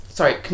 Sorry